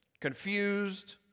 confused